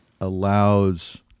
allows